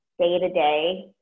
day-to-day